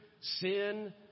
sin